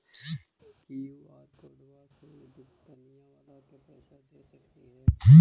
QR कोडबा से दुकनिया बाला के पैसा दे सक्रिय?